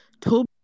Toby